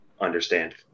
understand